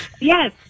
Yes